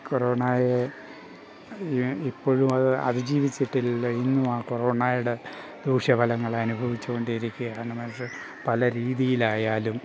കൊറോണയെ ഇപ്പോഴും അത് അതിജീവിച്ചിട്ടില്ല ഇന്നും ആ കൊറോണയുടെ ദൂഷ്യഫലങ്ങൾ അനുഭവിച്ചു കൊണ്ടിരിക്കുകയാണ് മനുഷ്യർ പലരും പല രീതിയിൽ ആയാലും